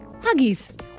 Huggies